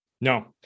No